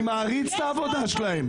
אני מעריך את העבודה שלהם,